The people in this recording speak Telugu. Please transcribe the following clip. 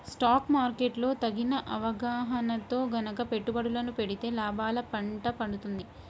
స్టాక్ మార్కెట్ లో తగిన అవగాహనతో గనక పెట్టుబడులను పెడితే లాభాల పండ పండుతుంది